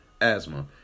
asthma